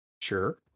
Sure